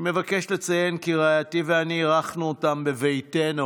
אני מבקש לציין כי רעייתי ואני אירחנו אותן בביתנו